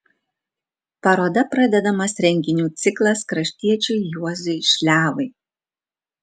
paroda pradedamas renginių ciklas kraštiečiui juozui šliavui